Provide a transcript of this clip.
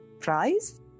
Fries